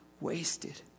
wasted